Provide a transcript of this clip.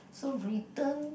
so Britain